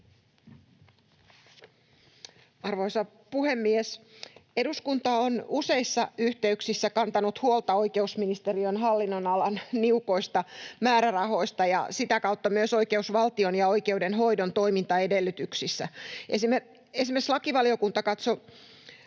Arvoisa puhemies! Eduskunta on useissa yhteyksissä kantanut huolta oikeusministeriön hallinnonalan niukoista määrärahoista ja sitä kautta myös oikeusvaltion ja oikeudenhoidon toimintaedellytyksistä. Esimerkiksi lakivaliokunta katsoi